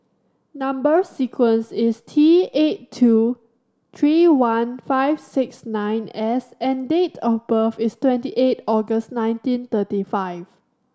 number sequence is T eight two three one five six nine S and date of birth is twenty eight August nineteen thirty five